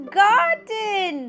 garden